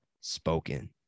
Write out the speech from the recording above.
spoken